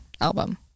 album